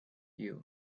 you